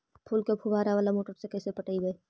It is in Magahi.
फूल के फुवारा बाला मोटर से कैसे पटइबै?